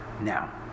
Now